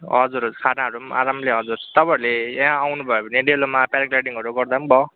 हजुर हजुर खानाहरू पनि आरामले हजुर तपाईँहरूले यहाँ आउनु भयो भने डेलोमा प्याराग्ल्याइडिङहरू गर्दा पनि भयो